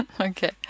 okay